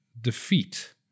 defeat